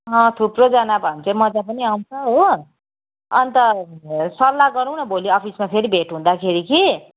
थुप्रोजना भयो भने चाहिँ मजा पनि आउँछ हो अन्त सल्लाह गरौँ न भोलि अफिसमा फेरि भेट हुँदाखेरि कि